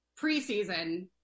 preseason –